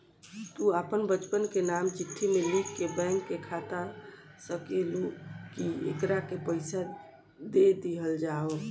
तू आपन बच्चन के नाम चिट्ठी मे लिख के बैंक के बाता सकेलू, कि एकरा के पइसा दे दिहल जाव